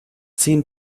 ziehen